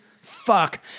fuck